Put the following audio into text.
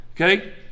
Okay